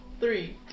Three